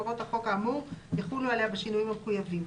והוראות החוק האמור יחולו עליה בשינויים המחויבים.